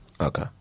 Okay